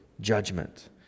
judgment